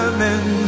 Amen